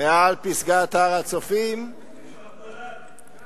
מעל פסגת הר הצופים" תשמע,